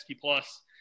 Plus